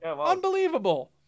Unbelievable